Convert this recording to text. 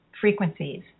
frequencies